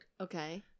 Okay